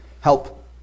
help